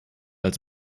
als